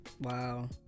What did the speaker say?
wow